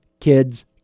kids